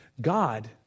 God